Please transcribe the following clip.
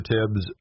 Tibbs